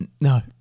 No